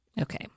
Okay